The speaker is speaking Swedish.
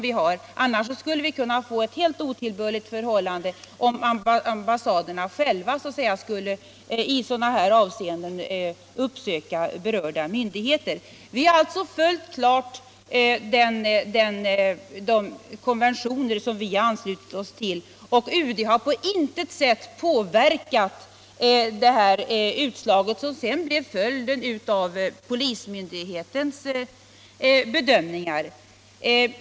Vi skulle kunna få ett helt oacceptabelt förhållande, om am bassaderna själva i sådana här fall skulle uppsöka berörda myndigheter. Vi har alltså följt de konventioner som vi anslutit oss till, och UD har på intet sätt påverkat det utslag som sedan blev följden av polis myndighetens bedömningar.